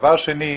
דבר שני,